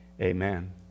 amen